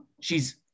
she's-